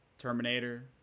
Terminator